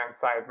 side